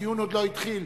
הדיון עוד לא התחיל.